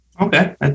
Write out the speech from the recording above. Okay